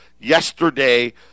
yesterday